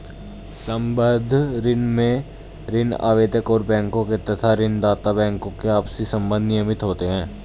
संबद्ध ऋण में ऋण आवेदक और बैंकों के तथा ऋण दाता बैंकों के आपसी संबंध नियमित होते हैं